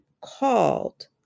called